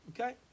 Okay